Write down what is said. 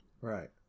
Right